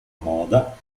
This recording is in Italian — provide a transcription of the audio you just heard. moda